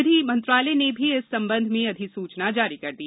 विधि मन्त्रालय ने भी इस सम्बंध में अधिसूचना जारी कर दी